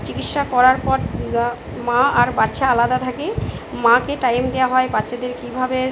চিকিৎসা করার পর মা আর বাচ্চা আলাদা থাকে মাকে টাইম দেওয়া হয় বাচ্চাদের কীভাবে